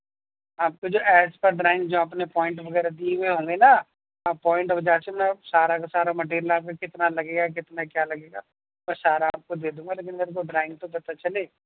آپ کے جو ایز پر ڈرائنگ جو اپنے پوائنٹ وغیرہ دی ہوئے ہوں گے نا پوائنٹ جینکشن سارا کا سارا مٹیریل آپ کے کتنا لگے گا کتنا کیا لگے گا میں سارا آپ کو دے دوں گا لیکن میرے کو ڈرائنگ تو پتہ چلے